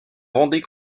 vendée